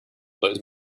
those